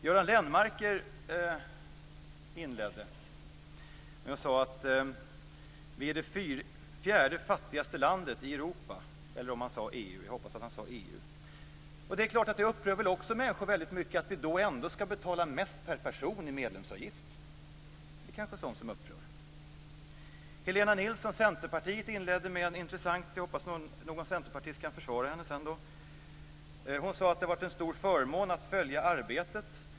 Göran Lennmarker inledde med att säga att vi är det fjärde fattigaste landet i Europa, eller om han sade EU. Jag hoppas att han sade EU. Det är klart att det upprör människor väldigt mycket att vi ändå skall betala mest per person i medlemsavgift. Det kanske är sådant som upprör. Helena Nilsson, Centerpartiet, inledde med ett intressant påstående. Jag hoppas att någon centerpartist senare kan försvara henne. Helena Nilsson sade att det har varit en stor förmån att följa arbetet.